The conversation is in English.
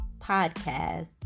podcast